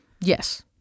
Yes